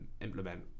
implement